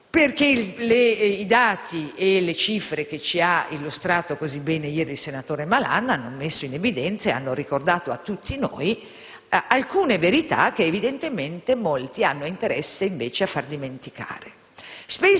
verità. I dati e le cifre che ci ha illustrato così bene ieri il senatore Malan hanno messo in evidenza e ricordato a tutti noi alcune verità che molti hanno invece interesse a far dimenticare,